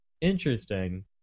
Interesting